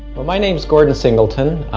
well my name's gordon singleton,